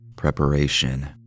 Preparation